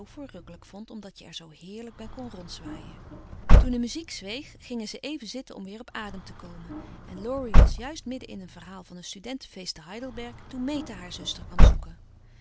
verrukkelijk vond omdat je er zoo heerlijk bij kon rondzwaaien toen de muziek zweeg gingen ze even zitten om weer op adem te komen en laurie was juist midden in een verhaal van een studentenfeest te heidelberg toen meta haar zuster kwam zoeken